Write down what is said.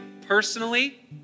personally